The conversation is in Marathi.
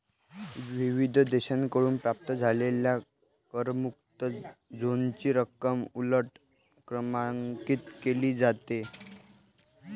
विविध देशांकडून प्राप्त झालेल्या करमुक्त झोनची रक्कम उलट क्रमांकित केली जाते